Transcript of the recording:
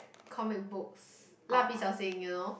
comic books 蜡笔小新:La Bi Xiao Xin you know